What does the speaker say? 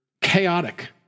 chaotic